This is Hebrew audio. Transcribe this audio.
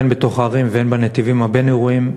הן בתוך הערים והן בנתיבים הבין-עירוניים,